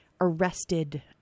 arrested